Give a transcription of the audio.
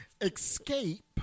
Escape